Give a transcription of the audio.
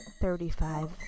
thirty-five